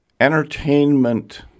entertainment